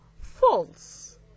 false